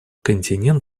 континент